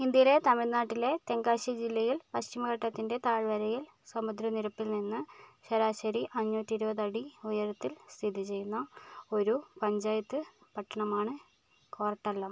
ഇന്ത്യയിലെ തമിഴ്നാട്ടിലെ തെങ്കാശി ജില്ലയിൽ പശ്ചിമഘട്ടത്തിൻ്റെ താഴ്വരയിൽ സമുദ്രനിരപ്പിൽ നിന്ന് ശരാശരി അഞ്ഞൂറ്റി ഇരുപത് അടി ഉയരത്തിൽ സ്ഥിതി ചെയ്യുന്ന ഒരു പഞ്ചായത്ത് പട്ടണമാണ് കോർട്ടല്ലം